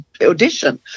audition